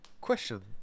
Question